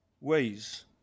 Ways